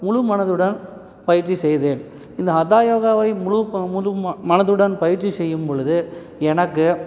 முழு மனதுடன் பயிற்சி செய்தேன் இந்த ஹதா யோகாவை முழு முழு ம மனதுடன் பயிற்சி செய்யும்பொழுது எனக்கு